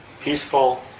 peaceful